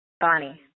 Bonnie